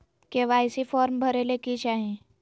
KYC form भरे ले कि चाही?